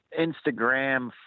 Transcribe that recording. Instagram